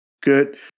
good